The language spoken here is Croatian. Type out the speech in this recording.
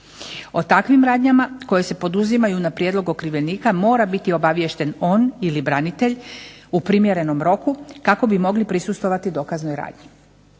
O takvim radnjama koje se poduzimaju na prijedlog okrivljenika mora biti obaviješten on ili branitelj u primjerenom roku kako bi mogli prisustvovati dokaznoj radnji.